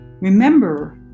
Remember